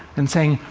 and saying,